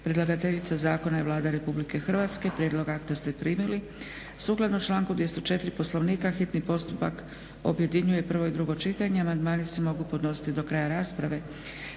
Predlagateljica zakona je Vlada RH. Prijedlog akta ste primili. Sukladno članku 204. Poslovnika hitni postupak objedinjuje prvo i drugo čitanje, a amandmani se mogu podnositi do kraja rasprave.